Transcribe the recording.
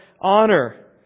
honor